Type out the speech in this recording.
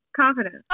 confidence